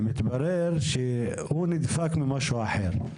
מתברר שהוא נדפק ממשהו אחר,